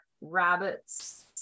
rabbits